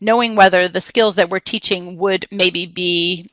knowing whether the skills that we're teaching would maybe be